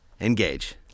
Engage